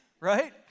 right